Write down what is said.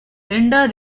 linda